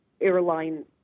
airline